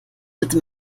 bitte